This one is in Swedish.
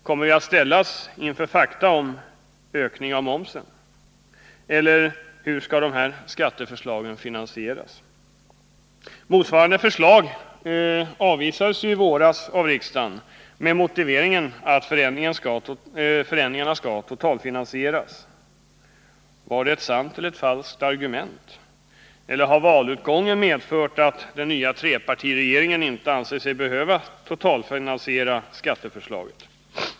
Kommer vi att ställas inför fakta om ökning av momsen? Eller hur skall detta skatteförslag finansieras? Motsvarande förslag avvisades ju i våras av riksdagen med motiveringen att förändringarna skall totalfinansieras. Var det ett sant eller ett falskt argument, eller har valutgången medfört att den nya trepartiregeringen inte anser sig behöva totalfinansiera skatteförslaget?